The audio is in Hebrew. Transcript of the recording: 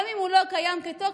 גם אם הוא לא קיים כטוקמן,